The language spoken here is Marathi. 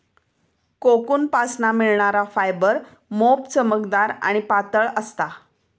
कोकूनपासना मिळणार फायबर मोप चमकदार आणि पातळ असता